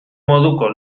moduko